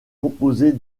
composée